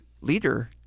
leader